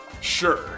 Sure